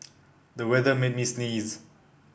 the weather made me sneeze